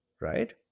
right